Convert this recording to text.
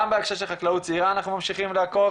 גם בנושא של חקלאות צעירה אנחנו ממשיכים לעקוב,